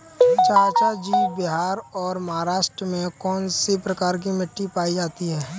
चाचा जी बिहार और महाराष्ट्र में कौन सी प्रकार की मिट्टी पाई जाती है?